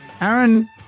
Aaron